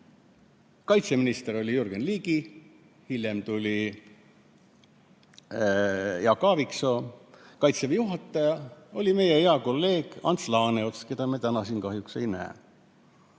kaitseminister oli Jürgen Ligi, hiljem tuli Jaak Aaviksoo, Kaitseväe juhataja oli meie hea kolleeg Ants Laaneots, keda me täna siin kahjuks ei näe.